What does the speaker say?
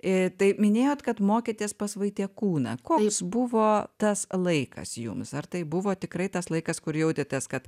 ir tai minėjote kad mokėtės pas vaitiekūną koks buvo tas laikas jums ar tai buvo tikrai tas laikas kurį jautėtės kad